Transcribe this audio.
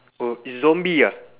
oh it's zombie ah